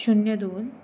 शून्य दोन